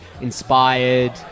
inspired